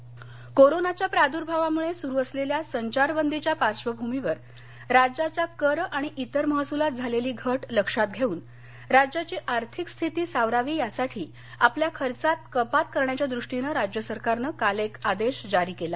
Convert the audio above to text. अर्थ विभाग कोरोनाच्या प्रादुर्भामुळे सुरु असलेल्या संचारबंदीच्या पार्श्वभूमीवर राज्याच्या कर आणि इतर महसुलात झालेली घट लक्षात घेऊन राज्याची आर्थिक स्थिती सावरावी यासाठी आपल्या खर्चात कपात करण्याच्यादृष्टीनं राज्य सरकारनं एक आदेश जारी केला